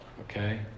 Okay